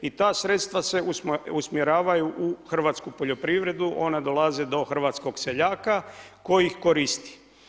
I ta sredstva se usmjeravaju u hrvatsku poljoprivredu, one dolaze do hrvatskog seljaka koji ih koristi.